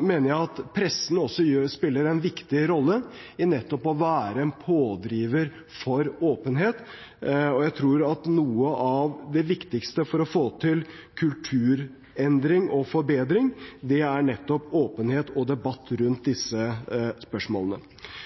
mener jeg at pressen spiller en viktig rolle nettopp i å være en pådriver for åpenhet. Jeg tror at noe av det viktigste for å få til kulturendring og forbedring nettopp er åpenhet og debatt rundt disse spørsmålene.